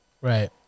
Right